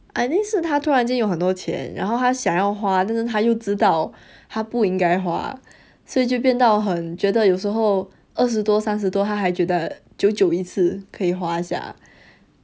I think 是他突然间有很多钱然后他想要花但是他就知道他不应该花所以就变到很觉得有时候二十多三十多他还觉得久久一次可以花一下